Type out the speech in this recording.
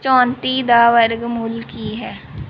ਚੌਂਤੀ ਦਾ ਵਰਗ ਮੂਲ ਕੀ ਹੈ